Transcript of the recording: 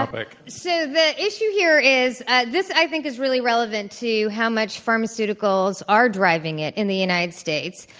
ah like so the issue here is this, i think, is really relevant to how much pharmaceuticals are driving it in the united states,